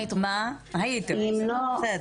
הייתי רוצה.